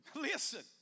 Listen